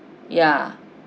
yeah